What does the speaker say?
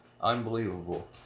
Unbelievable